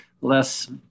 less